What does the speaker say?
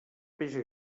peix